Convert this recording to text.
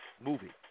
movie